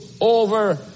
over